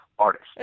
artist